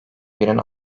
birin